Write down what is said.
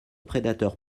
prédateurs